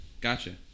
gotcha